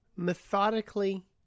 methodically